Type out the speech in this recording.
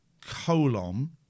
colon